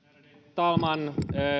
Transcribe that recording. talman